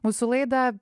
mūsų laidą